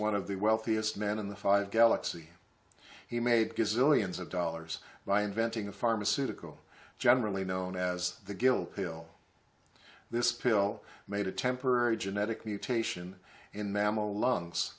one of the wealthiest men in the five galaxy he made give zillions of dollars by inventing a pharmaceutical generally known as the gill pill this pill made a temporary genetic mutation in mammal lungs